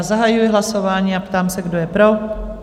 Zahajuji hlasování a ptám se, kdo je pro?